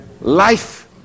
life